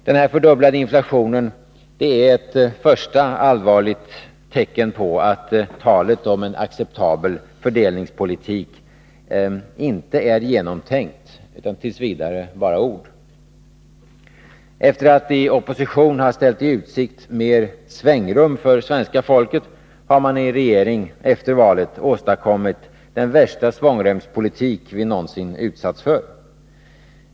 Denna fördubblade inflation är ett första allvarligt tecken på att talet om en acceptabel fördelningspolitik inte är genomtänkt utan t. v. bara ord. Efter att i opposition ha ställt i utsikt mer svängrum för svenska folket har man i regering efter valet åstadkommit den värsta svångremspolitik vi någonsin utsatts för.